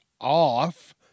off